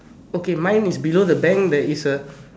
okay mine is below the bank there is a